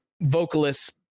vocalists